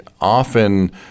often